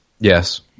Yes